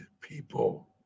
people